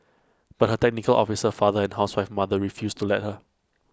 but her technical officer father and housewife mother refused to let her